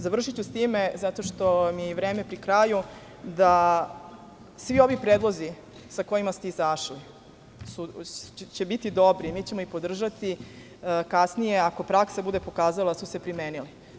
Završiću s time, zato što mi je vreme pri kraju, svi ovi predlozi sa kojima ste izašli će biti dobri, mi ćemo ih podržati kasnije ako praksa bude pokazala da su se primenili.